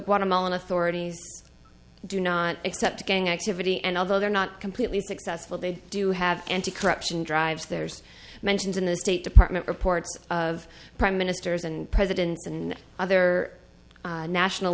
guatemalan authorities do not accept gang activity and although they're not completely successful they do have anti corruption drives there's mentions in the state department reports of prime ministers and presidents and other national